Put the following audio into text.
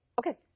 Okay